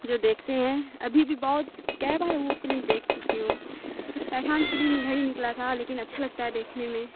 جو دیکھتے ہیں ابھی بھی بہت کئے بار وہ فلم دیکھ چکی ہوں پٹھان فلم ادھر ہی نکلا تھا لیکن اچھا لگتا ہے دیکھنے میں